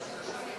השר הנגבי,